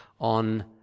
on